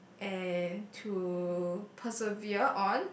and to preserve on